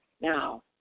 now